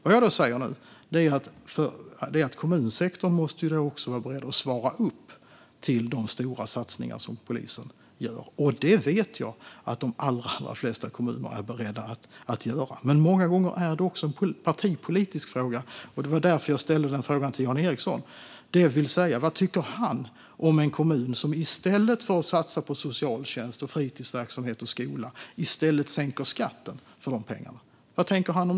Vad jag säger är att kommunsektorn måste vara beredd att svara upp till de stora satsningar som polisen gör. Det vet jag att de allra flesta kommuner är beredda att göra. Men många gånger är det också en partipolitisk fråga. Det var därför jag ställde den här frågan till Jan Ericson. Vad tycker han om en kommun som i stället för att satsa på socialtjänst, fritidsverksamhet och skola sänker skatten för de pengarna?